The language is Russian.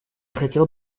хотел